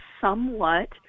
somewhat